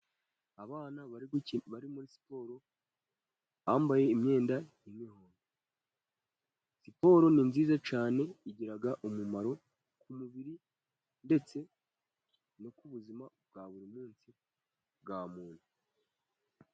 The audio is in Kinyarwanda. Abana bari muri siporo bambaye imyenda isa. Siporo ni nziza cyane igira umumaro ku mubiri ndetse no ku buzima bwa buri munsi bwa muntu.